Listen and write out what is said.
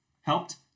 helped